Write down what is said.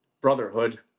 brotherhood